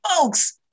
folks